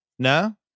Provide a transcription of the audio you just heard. No